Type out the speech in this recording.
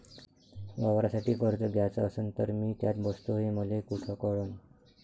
वावरासाठी कर्ज घ्याचं असन तर मी त्यात बसतो हे मले कुठ कळन?